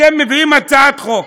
אתם מביאים הצעת חוק,